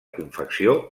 confecció